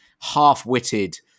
half-witted